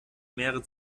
mehrere